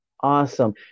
Awesome